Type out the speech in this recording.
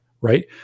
right